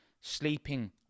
sleeping